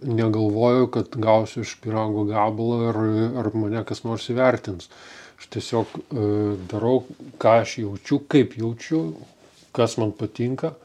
negalvoju kad gausiu aš pyrago gabalą ar ar mane kas nors įvertins aš tiesiog darau ką aš jaučiu kaip jaučiu kas man patinka